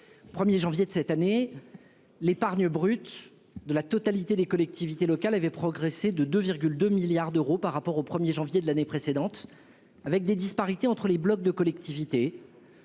Au 1 janvier de cette année, l'épargne brute de la totalité des collectivités locales avait progressé de 2,2 milliards d'euros par rapport au 1 janvier de l'année précédente, même si l'on constate des disparités entre les blocs de collectivités